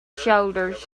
shoulders